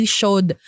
showed